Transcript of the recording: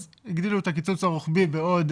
אז הגדילו את הקיצוץ הרוחבי בעוד